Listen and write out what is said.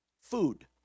food